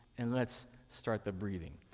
and let's start the breathing.